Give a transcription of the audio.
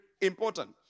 important